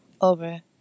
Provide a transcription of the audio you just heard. over